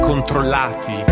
controllati